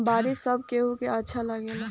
बारिश सब केहू के अच्छा लागेला